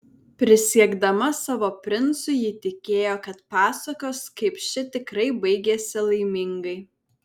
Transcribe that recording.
prisiekdama savo princui ji tikėjo kad pasakos kaip ši tikrai baigiasi laimingai